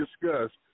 discussed